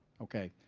okay.